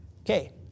Okay